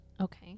Okay